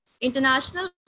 international